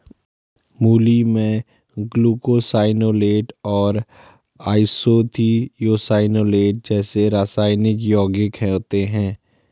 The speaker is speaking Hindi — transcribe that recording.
मूली में ग्लूकोसाइनोलेट और आइसोथियोसाइनेट जैसे रासायनिक यौगिक होते है